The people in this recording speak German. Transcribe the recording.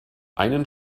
einen